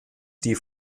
die